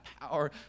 power